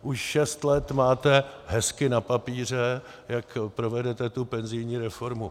Už šest let máte hezky na papíře, jak provedete tu penzijní reformu.